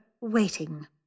waiting